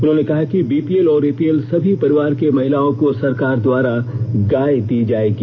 उन्होंने कहा कि बीपीएल और एपीएल सभी परिवार की महिलाओं को सरकार द्वारा गाय दी जायेगी